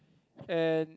and